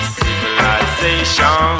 civilization